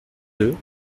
deux